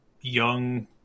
young